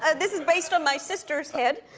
ah this is based on my sister's head.